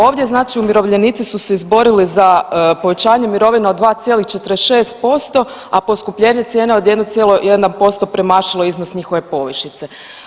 Ovdje znači, umirovljenici su se izborili za povećanje mirovina od 2,46%, a poskupljenje od 1,1% premašilo je iznos njihove povišice.